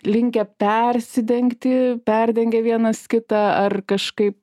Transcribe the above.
linkę persidengti perdengia vienas kitą ar kažkaip